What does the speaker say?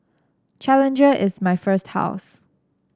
challenger is my first house